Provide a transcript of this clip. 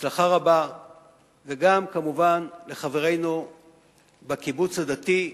הצלחה רבה וגם, כמובן, לחברינו בקיבוץ הדתי,